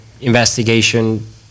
investigation